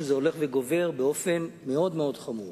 וזה הולך וגובר באופן מאוד מאוד חמור.